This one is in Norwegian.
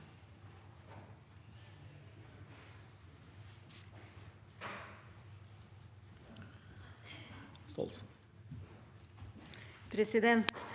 Presidenten